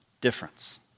difference